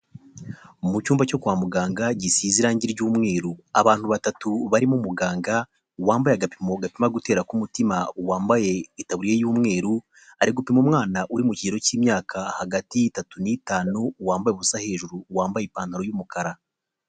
Mu cyumba cyo kwa muganga gisize irangi ry'umweru, abantu batatu barimo umuganga wambaye agapimo gapima gutera k'umutima, wambaye itaburiya y'umweru, ari gupima umwana uri mu kigero cy'imyaka hagati y'itatu n'itanu, wambaye ubusa hejuru wambaye ipantaro y'umukara.